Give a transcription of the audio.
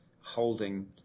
holding